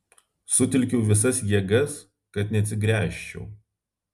sutelkiau visas jėgas kad neatsigręžčiau